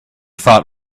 thought